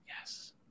Yes